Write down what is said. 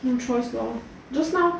no choice lor just now